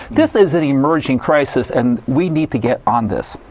this is an emerging crisis and we need to get on this.